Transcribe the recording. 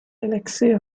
elixir